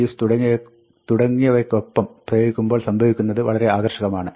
keys തുടങ്ങിയവയ്ക്കൊപ്പം ഉപയോഗിക്കുമ്പോൾ സംഭവിക്കുന്നത് വളരെ ആകർഷകമാണ്